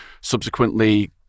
subsequently